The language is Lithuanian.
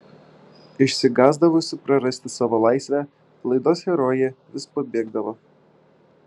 išsigąsdavusi prarasti savo laisvę laidos herojė vis pabėgdavo